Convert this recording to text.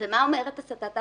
מה אומרת הסטת האחריות?